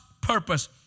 purpose